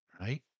right